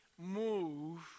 move